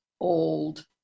old